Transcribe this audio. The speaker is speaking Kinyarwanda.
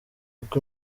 uko